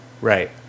Right